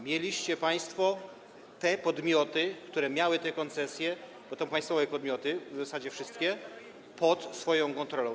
Mieliście państwo te podmioty, które miały te koncesje, bo to są państwowe podmioty, w zasadzie wszystkie, pod swoją kontrolą.